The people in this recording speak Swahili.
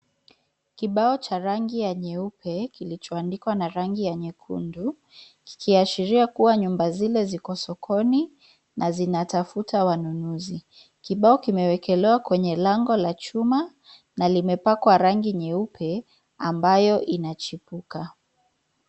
Kibau cha rangi ya nyeupe kilichoandikwa kwa rangi ya nyekundu kikiashiria kua nyumba zile ziko sokoni na zinatafuta wanunuzi. Kibao kimewekelewa kwenye lango la chuma na limepakwa rangi nyeupe ambayo inachipuka.